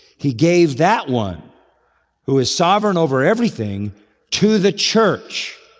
he gave that one who is sovereign over everything to the church